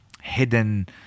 hidden